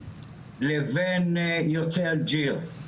לבין יוצאי אלג'יר,